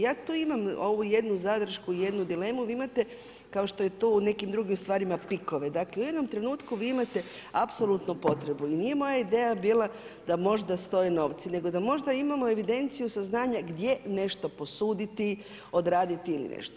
Ja imam jednu zadršku, jednu dilemu, vi imate kao što je to u nekim drugim stvarima PIK-ove, dakle u jednom trenutku imate apsolutno potrebu i nije moja ideja bila da možda stoje novci nego da možda imamo evidenciju saznanja gdje nešto posuditi, odraditi i nešto.